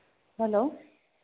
hello